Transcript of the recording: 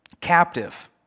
captive